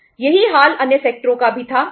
यही हाल अन्य सेक्टरों का भी था